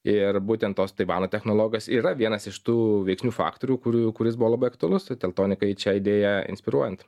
ir būtent tos taivano technologas yra vienas iš tų veiksnių faktorių kurių kuris buvo labai aktualus teltonikai šią idėją inspiruojant